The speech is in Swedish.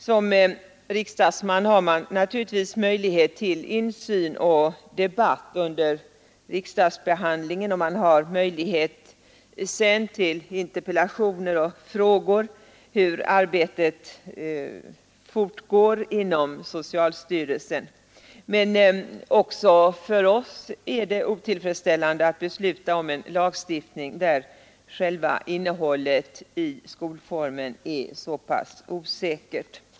Som riksdagsman har man naturligtvis möjlighet till insyn och debatt under riksdagsbehandlingen, och man har sedan möjlighet till interpellationer och frågor om hur arbetet fortgår inom socialstyrelsen. Men också för oss är det otillfredsställande att besluta om en lagstiftning där själva innehållet i skolformen är så pass osäkert.